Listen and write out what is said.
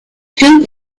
two